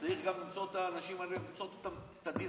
צריך למצוא גם את האנשים האלה ולמצות איתם את הדין.